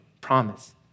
promise